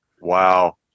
Wow